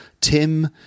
Tim